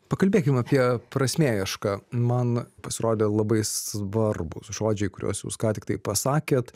pakalbėkim apie prasmėiešką man pasirodė labai svarbūs žodžiai kuriuos jūs ką tiktai pasakėt